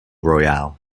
royale